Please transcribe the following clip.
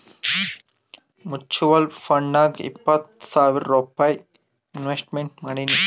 mutual ಫಂಡ್ನಾಗ್ ಇಪ್ಪತ್ತು ಸಾವಿರ್ ರೂಪೈ ಇನ್ವೆಸ್ಟ್ಮೆಂಟ್ ಮಾಡೀನಿ